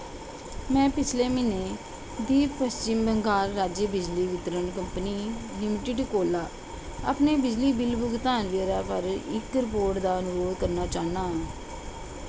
में पिछले म्हीने दी पच्छम बंगाल राज्य बिजली वितरण कंपनी लिमिटड कोला अपने बिजली बिल भुगतान ब्यौरे पर इक रिपोर्ट दा अनुरोध करना चाह्न्नां